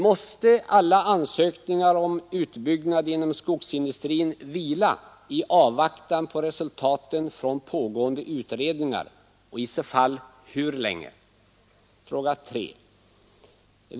Måste alla ansökningar om utbyggnad inom skogsindustrin vila i avvaktan på resultaten från pågående utredningar och i så fall hur länge? 3.